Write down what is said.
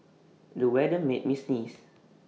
the weather made me sneeze